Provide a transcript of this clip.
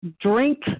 drink